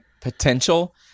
potential